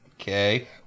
Okay